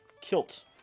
kilt